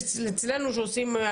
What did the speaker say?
אמר פה גם